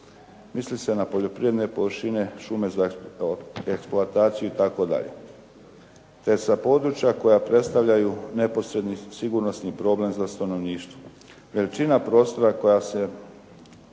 Misli se na poljoprivredne površine, šume za eksploataciju itd., te sa područja koja predstavljaju neposredni sigurnosni problem za stanovništvo. Veličina prostora koja se